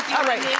alright,